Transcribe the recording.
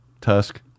Tusk